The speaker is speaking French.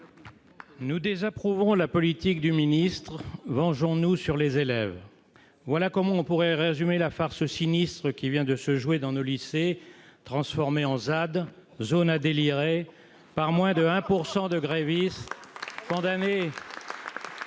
Nous désapprouvons la politique du ministre, vengeons-nous sur les élèves », voilà comment résumer la farce sinistre qui vient de se jouer dans nos lycées, transformés en ZAD- zones à délirer-par moins de 1 % de grévistes, condamnés par une